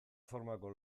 formako